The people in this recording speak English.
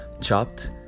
chopped